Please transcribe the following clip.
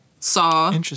saw